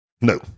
No